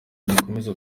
dukomeza